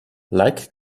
like